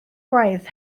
gwaith